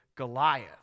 Goliath